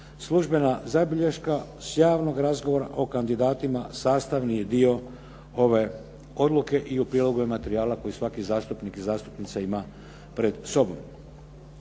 Službena zabilješka s javnog razgovora o kandidatima sastavni je dio ove odluke i u prilogu je materijala koji svaki zastupnik i zastupnica ima pred sobom.